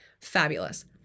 fabulous